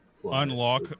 Unlock